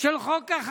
של חוק החמץ,